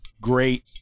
great